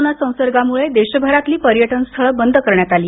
corona संसर्गामुळे देशभरातील पर्यटनस्थळ बंद करण्यात आली